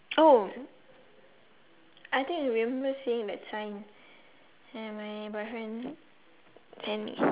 oh I think I remember seeing that sign ya my boyfriend send me